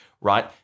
right